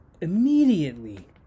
immediately